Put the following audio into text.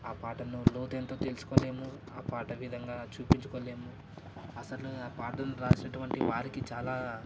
ఆ పాటల్లో లోతెంత తెలుసుకోలేము ఆ పాట విధంగా చూపించుకోలేము అసలు ఆ పాటలు రాసినటువంటి వారికి చాలా